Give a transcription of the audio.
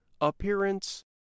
appearance